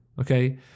Okay